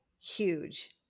huge